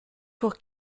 pour